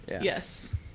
Yes